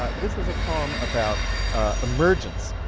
ah this is a poem about emergence